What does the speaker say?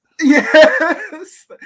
Yes